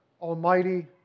almighty